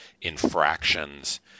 infractions